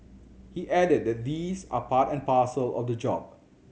he added that these are part and parcel of the job